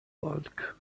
bulk